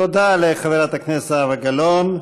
תודה לחברת הכנסת זהבה גלאון.